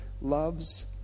loves